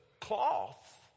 cloth